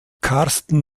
karsten